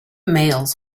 mails